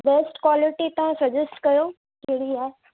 best quality तव्हां suggest कयो कहिड़ी आहे